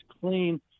clean